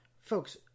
Folks